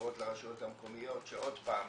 בחירות לרשויות המקומיות שעוד פעם